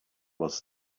was